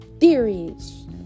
theories